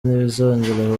ntibizongera